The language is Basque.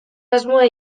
asmoa